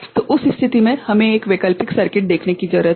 तो उस स्थिति में हमें एक वैकल्पिक सर्किट देखने की जरूरत है